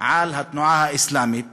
על התנועה האסלאמית